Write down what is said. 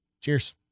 Cheers